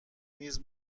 نیز